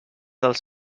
dels